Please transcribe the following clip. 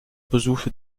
besuchte